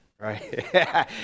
Right